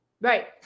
Right